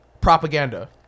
Propaganda